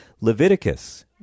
Leviticus